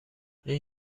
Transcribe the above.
این